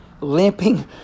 Limping